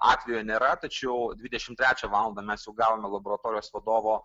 atvejo nėra tačiau dvidešimt trečią valandą mes jau gavome laboratorijos vadovo